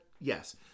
yes